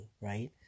right